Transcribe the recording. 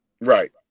Right